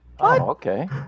okay